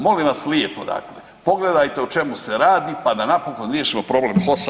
Molim vas lijepo dakle pogledajte o čemu se radi pa da napokon riješimo problem HOS-a.